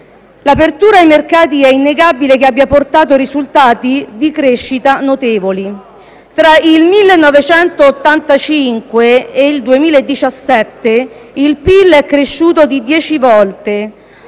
L'apertura ai mercati è innegabile che abbia portato a risultati di crescita notevoli. Tra il 1985 e il 2017 il PIL è cresciuto di dieci volte,